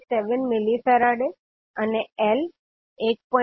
67 મિલિફેરાડે અને L 1